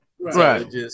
right